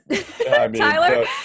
Tyler